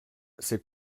c’est